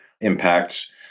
impacts